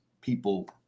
people